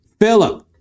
Philip